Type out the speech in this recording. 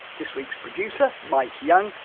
this week's producer, mike young,